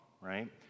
right